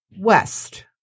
west